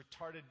retarded